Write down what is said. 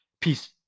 Peace